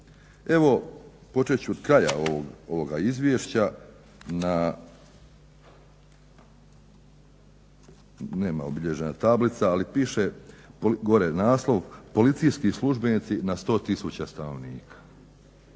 Evo počet ću od kraja ovoga izvješća na, nema obilježena tablica, ali piše gore naslov – Policijski službenici na 100 tisuća stanovnika.